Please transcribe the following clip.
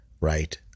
Right